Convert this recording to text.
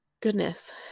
goodness